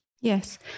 Yes